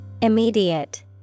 Immediate